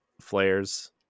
flares